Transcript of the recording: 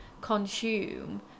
consume